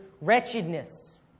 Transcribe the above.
wretchedness